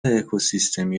اکوسیستمی